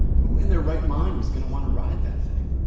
who in their right mind was going to want to ride that thing?